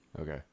Okay